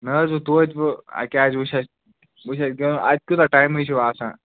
مےٚ حظ دوٚپ توتہِ وۄنۍ کیٛازِ وۄنۍ چھ اسہِ وۄنۍ چھِِ اسہِ گنٛدُن اَتہِ کوٗتاہ ٹایمٕے چھُ آسان